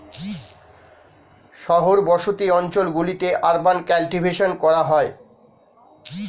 শহর বসতি অঞ্চল গুলিতে আরবান কাল্টিভেশন করা হয়